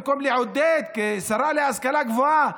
במקום לעודד כשרה להשכלה גבוהה,